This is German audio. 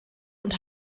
und